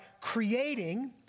creating